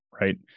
right